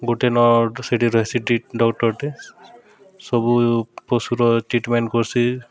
ଗୁଟେ ନ ସେଠି ରହେସି ଡକ୍ଟର୍ଟେ ସବୁ ପଶୁର ଟ୍ରିଟ୍ମେଣ୍ଟ୍ କର୍ସି